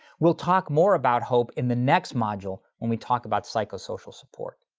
we'll talk more about hope in the next module, when we talk about psychosocial support.